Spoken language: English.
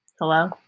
hello